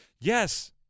Yes